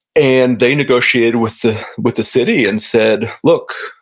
and they negotiated with the with the city and said, look,